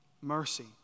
Mercy